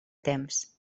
temps